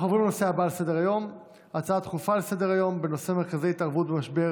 נעבור להצעות לסדר-היום בנושא: מרכזי התערבות במשבר